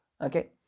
okay